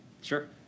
Sure